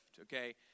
okay